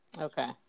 Okay